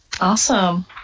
Awesome